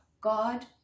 God